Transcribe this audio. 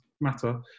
matter